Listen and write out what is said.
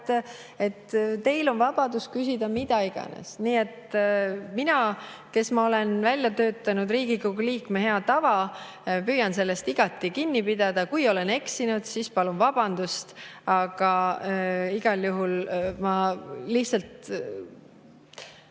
et teil on vabadus küsida mida iganes. Mina, kes ma olen välja töötanud Riigikogu liikme hea tava, püüan sellest igati kinni pidada. Kui olen eksinud, siis palun vabandust, aga igal juhul ma lihtsalt ...